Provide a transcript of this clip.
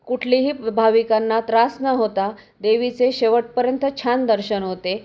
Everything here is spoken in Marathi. कुठलीही भाविकांना त्रास न होता देवीचे शेवटपर्यंत छान दर्शन होते